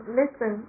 listen